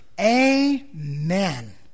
amen